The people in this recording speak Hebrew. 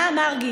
מה, מרגי?